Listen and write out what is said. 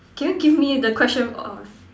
can you give me the question of